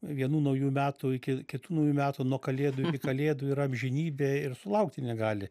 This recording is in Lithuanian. vienų naujų metų iki kitų naujų metų nuo kalėdų iki kalėdų yra amžinybė ir sulaukti negali